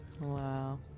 Wow